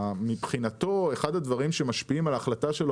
מבחינתו אחד הדברים שמשפיעים על ההחלטה אם